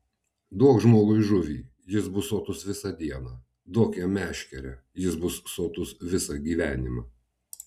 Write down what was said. duok žmogui žuvį jis bus sotus visą dieną duok jam meškerę jis bus sotus visą gyvenimą